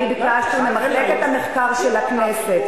ביקשתי ממחלקת המחקר של הכנסת,